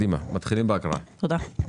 מתחילים בהקראה, בבקשה.